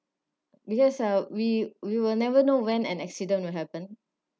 because uh we we will never know when an accident will happen